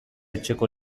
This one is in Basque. etxeko